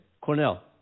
Cornell